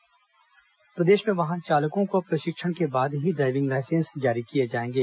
परिवहन बैठक प्रदेश में वाहन चालकों को अब प्रशिक्षण के बाद ही ड्रायविंग लाइसेंस जारी किए जाएंगे